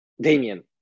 Damien